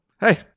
hey